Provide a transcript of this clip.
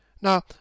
Now